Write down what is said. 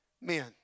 men